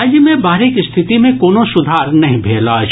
राज्य मे बाढ़िक स्थिति मे कोनो सुधार नहि भेल अछि